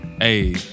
Hey